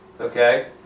Okay